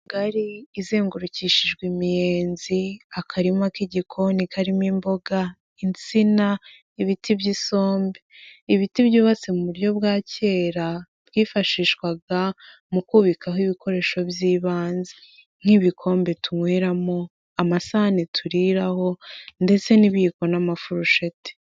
Gari izengurukishijwe imyenzi, akarima k'igikoni karimo imboga, insina, ibiti by'isombe, ibiti byubatse mu buryo bwa kera bwifashishwaga mu kubikaho ibikoresho by'ibanze nk'ibikombe tunyweramo, amasahani turiraraho ndetse n'ibiyiko n'amafurusheti.